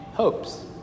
hopes